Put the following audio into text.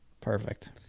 Perfect